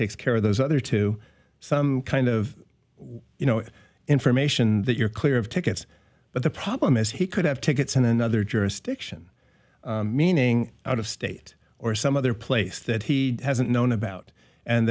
takes care of those other two some kind of you know information that you're clear of tickets but the problem is he could have tickets in another jurisdiction meaning out of state or some other place that he hasn't known about and